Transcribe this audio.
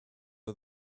are